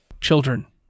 Children